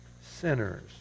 sinners